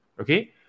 Okay